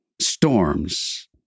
Storms